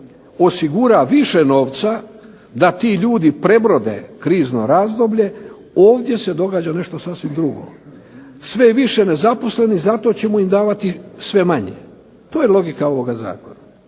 osigura više novca da ti ljudi prebrode krizno razdoblje ovdje se događa nešto sasvim drugo. Sve je više nezaposlenih zato ćemo im davati sve manje. To je logika ovoga zakona.